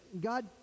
God